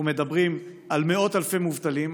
אנחנו מדברים על מאות אלפי מובטלים,